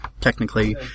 technically